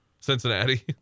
Cincinnati